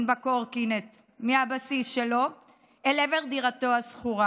בקורקינט מהבסיס שלו אל עבר דירתו השכורה.